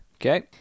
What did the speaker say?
Okay